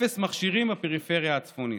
אפס מכשירים בפריפריה הצפונית.